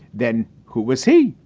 then who was he?